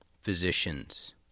physicians